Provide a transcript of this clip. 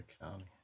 county